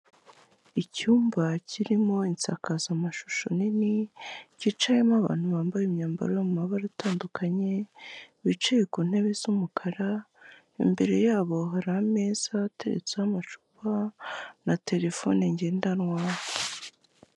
Icyumba kirimo insakazamashusho nini cyicayemo abantu bambaye imyambaro yo mu mabara atandukanye bicaye ku ntebe z'umukara, imbere yabo hari ameza ateretseho amacupa na terefone ngendanwa.